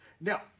Now